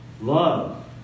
love